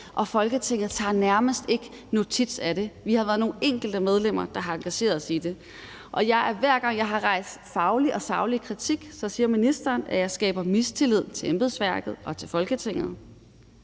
Folketinget tager nærmest ikke notits af det. Vi har været nogle enkelte medlemmer, der har engageret os i det. Og hver gang jeg har rejst faglig og saglig kritik, siger ministeren, at jeg skaber mistillid til embedsværket og til Folketinget.